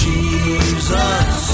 Jesus